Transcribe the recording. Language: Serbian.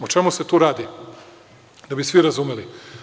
O čemu se tu radi, da bi svi razumeli?